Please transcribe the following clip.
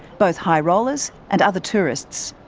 both high rollers and other tourists.